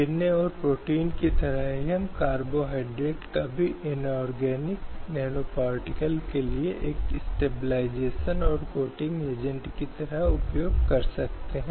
इसलिए 2000 2010 में भी हमारे पास एक ऐसी स्थिति है जहां वे मौजूद हैं या अभी भी ऐसी नीतियां मौजूद हैं जो महिलाओं के साथ भेदभावपूर्ण हैं